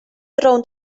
rownd